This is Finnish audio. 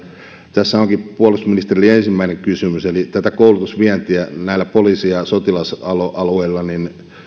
tässä onkin puolustusministerille ensimmäinen kysymys onko tätä koulutusvientiä näillä poliisi ja sotilasalueilla